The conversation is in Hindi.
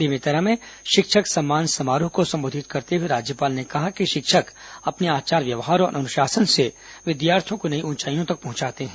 बेमेतरा में शिक्षक सम्मान समारोह को संबोधित करते हुए राज्यपाल ने कहा कि शिक्षक अपने आचार व्यवहार और अनुशासन से विद्यार्थियों को नई ऊंचाईयों तक पहंचाता है